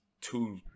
two